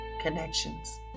connections